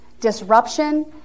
disruption